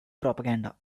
propaganda